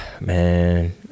Man